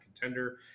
contender